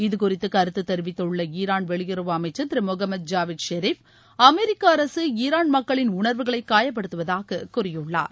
இதுகுறித்து கருத்து தெரிவித்துள்ள ஈரான் வெளியுறவு அமைச்சள் திரு முகமது ஜாவேத் செரிஃப் அமெரிக்க அரசு ஈரான் மக்களின் உணர்வுகளை காயப்படுத்துவதாக கூறியுள்ளார்